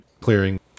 clearing